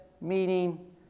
meeting